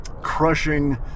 crushing